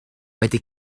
wedi